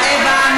אנחנו